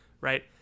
right